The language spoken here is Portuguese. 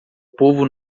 povo